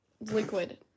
liquid